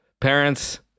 parents